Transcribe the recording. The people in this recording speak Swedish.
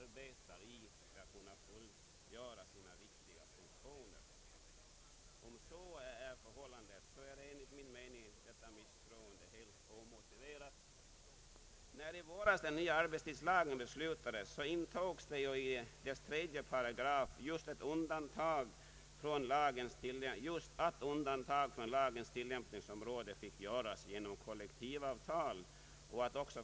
Om så är förhållandet, är enligt min mening detta misstroende helt omotiverat. När i våras den nya arbetstidslagen beslutades så intogs i dess 3 § just att undantag från lagens tillämpningsområde fick göras genom kollektivavtal.